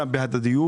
גם בהדדיות.